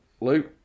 Luke